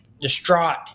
distraught